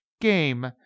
game